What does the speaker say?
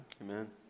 Amen